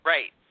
Right